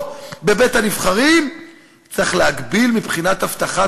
בבית-הנבחרים צריך להגביל מבחינת הבטחת